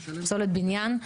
פסולת בניין,